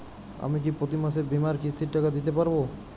আমি কি প্রতি মাসে বীমার কিস্তির টাকা দিতে পারবো?